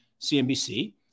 CNBC